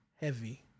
heavy